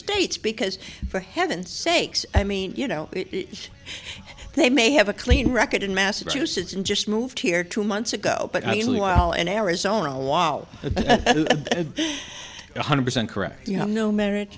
states because for heaven's sakes i mean you know they may have a clean record in massachusetts and just moved here two months ago but obviously while in arizona while one hundred percent correct you have no merit